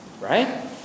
Right